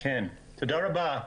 תודה רבה.